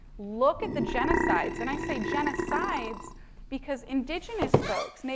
look at the genocides. and, i say genocides because indigenous folks,